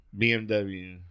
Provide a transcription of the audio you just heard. BMW